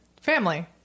Family